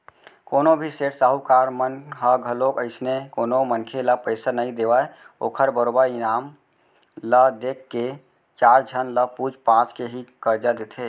कोनो भी सेठ साहूकार मन ह घलोक अइसने कोनो मनखे ल पइसा नइ देवय ओखर बरोबर ईमान ल देख के चार झन ल पूछ पाछ के ही करजा देथे